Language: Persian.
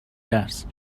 درس